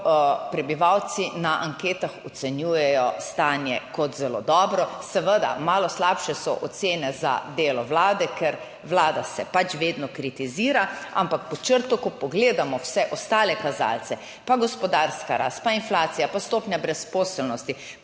prebivalci na anketah ocenjujejo stanje kot zelo dobro. Seveda malo slabše so ocene za delo vlade, ker vlada se pač vedno kritizira, ampak pod črto, ko pogledamo vse ostale kazalce, pa gospodarska rast, pa inflacija, pa stopnja brezposelnosti